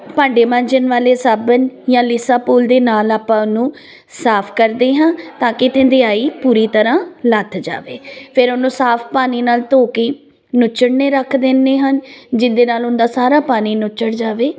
ਭਾਂਡੇ ਮਾਂਜਣ ਵਾਲੇ ਸਾਬਣ ਜਾਂ ਲੀਸਾ ਪੂਲ ਦੇ ਨਾਲ ਆਪਾਂ ਉਹਨੂੰ ਸਾਫ ਕਰ ਦੇ ਹਾਂ ਤਾਂ ਕਿ ਧੰਦਿਆਈ ਪੂਰੀ ਤਰਹਾਂ ਲੱਥ ਜਾਵੇ ਫਿਰ ਉਹਨੂੰ ਸਾਫ ਪਾਣੀ ਨਾਲ ਧੋ ਕੇ ਨੁਚੜਨੇ ਰੱਖ ਦਿੰਨੇ ਹਨ ਜਿਹਦੇ ਨਾਲ ਉਹਦਾ ਸਾਰਾ ਪਾਣੀ ਨੁਚੜ ਜਾਵੇ